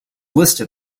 listed